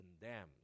condemns